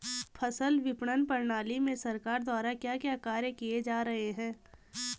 फसल विपणन प्रणाली में सरकार द्वारा क्या क्या कार्य किए जा रहे हैं?